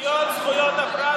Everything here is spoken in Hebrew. שוויון זכויות הפרט,